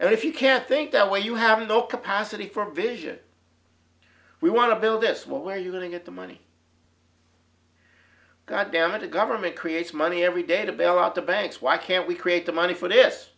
and if you can't think that way you have no capacity for vision we want to build this well where you going to get the money goddammit a government creates money every day to bail out the banks why can't we create the money for this